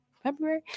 February